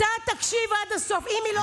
חברת הכנסת גוטליב, אמרת.